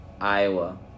Iowa